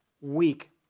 week